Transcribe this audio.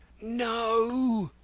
no,